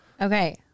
Okay